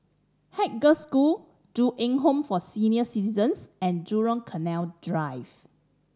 Haig Girls' School Ju Eng Home for Senior Citizens and Jurong Canal Drive